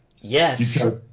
Yes